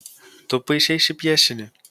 tu paišei šį piešinį